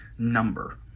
number